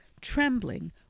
trembling